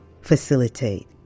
facilitate